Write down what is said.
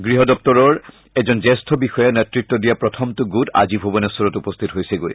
গৃহ দপ্তৰৰ এজন জ্যেষ্ঠ বিষয়াই নেত্ৰত্ব দিয়া প্ৰথমটো গোট আজি ভূৱনেখৰত উপস্থিত হৈছেগৈ